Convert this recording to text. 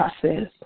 process